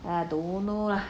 ah don't know lah